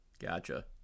Gotcha